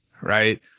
right